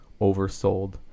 oversold